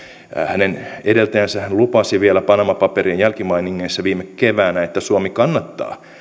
hänen edeltäjänsähän lupasi vielä panama paperien jälkimainingeissa viime keväänä että suomi kannattaa